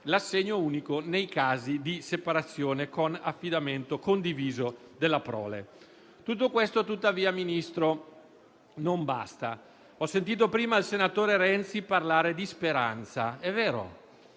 dell'assegno unico nei casi di separazione con affidamento condiviso della prole. Ministro, tutto ciò non basta. Ho sentito prima il senatore Renzi parlare di speranza. Signor